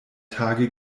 tage